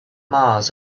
mars